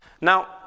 Now